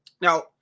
Now